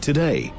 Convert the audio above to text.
Today